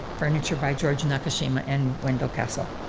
furniture by george nakashima and wendell castle.